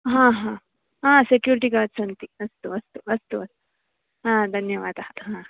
हा हा आ सेक्युरिटि गार्ड् सन्ति अस्तु अस्तु अस्तु आ धन्यवादः हा